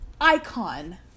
icon